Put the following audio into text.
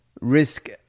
risk